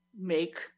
make